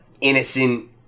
innocent